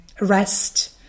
rest